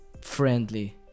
friendly